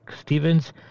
Stevens